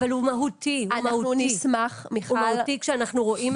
אבל הוא מהותי כשאנחנו רואים את הדברים.